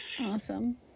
Awesome